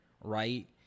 right